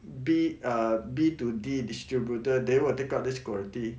B err B two D distributor they will take up this quality